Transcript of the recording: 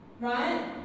Right